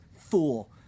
fool